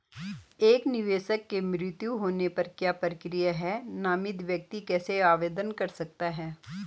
एक निवेशक के मृत्यु होने पर क्या प्रक्रिया है नामित व्यक्ति कैसे आवेदन कर सकता है?